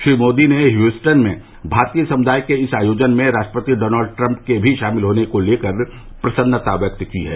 श्री मोदी ने ह्यूस्टन में भारतीय समुदाय के इस आयोजन में राष्ट्रपति डॉनल्ड ट्रम्प के भी शामिल होने को लेकर प्रसन्नता व्यक्त की है